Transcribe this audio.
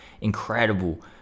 incredible